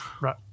right